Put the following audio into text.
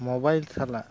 mobile ᱥᱟᱞᱟᱜ